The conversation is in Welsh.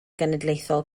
genedlaethol